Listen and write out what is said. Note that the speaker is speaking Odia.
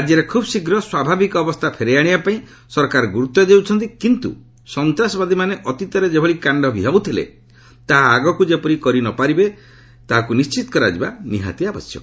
ରାଜ୍ୟରେ ଖୁବ୍ ଶୀଘ୍ର ସ୍ୱାଭାବିକ ଅବସ୍ଥା ଫେରାଇ ଆଣିବା ପାଇଁ ସରକାର ଗୁରୁତ୍ୱ ଦେଉଛନ୍ତି କିନ୍ତୁ ସନ୍ତାସବାଦୀମାନେ ଅତିତରେ ଯେଭଳି କାଷ୍ଠ ଭିଆଉଥିଲେ ତାହା ଆଗକୁ ଯେପରି କରିନପାରିବେ ତାହାକୁ ନିଶ୍ଚିତ କରାଯିବା ନିହାତି ଆବଶ୍ୟକ